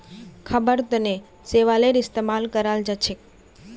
खाबार तनों शैवालेर इस्तेमाल कराल जाछेक